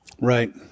Right